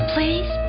Please